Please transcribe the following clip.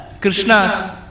krishna's